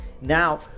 Now